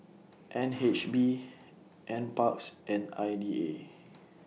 N H B NParks and I D A